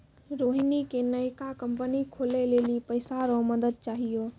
रोहिणी के नयका कंपनी खोलै लेली पैसा रो मदद चाहियो